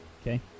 Okay